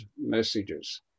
messages